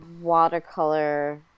watercolor